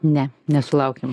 ne nesulaukėm